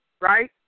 Right